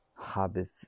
habits